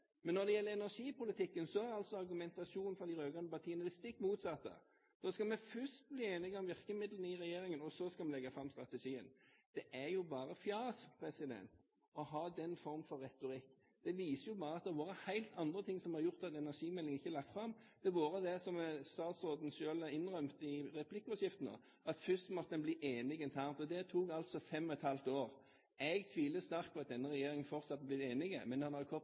Men når det gjelder energipolitikken, er altså argumentasjonen fra de rød-grønne partiene det stikk motsatte – da skal vi først bli enige om virkemidlene i regjeringen, og så skal vi legge fram strategien. Det er jo bare fjas å ha den form for retorikk. Det viser jo bare at det har vært helt andre ting som har gjort at energimeldingen ikke er lagt fram. Det har vært det som statsråden selv har innrømmet i replikkordskiftene, at først måtte en bli enige internt, og det tok altså fem og et halvt år. Jeg tviler sterkt på at denne regjeringen fortsatt er blitt enige, men